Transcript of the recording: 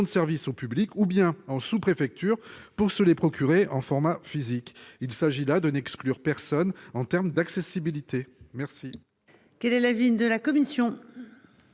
de service au public ou bien en sous-préfecture pour se les procurer en format physique. Il s'agit là de n'exclure personne en termes d'accessibilité.